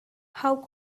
how